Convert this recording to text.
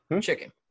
Chicken